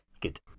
Good